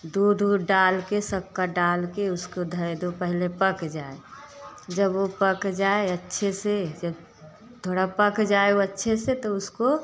दूध ऊध डाल के शक्कर डाल के उसको धर दो पहले पक जाए जब वो पक जाए अच्छे से जब थोड़ा पक जाए वो अच्छे से तो उसको